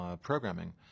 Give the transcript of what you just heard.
programming